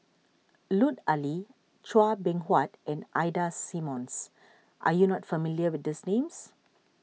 Lut Ali Chua Beng Huat and Ida Simmons are you not familiar with these names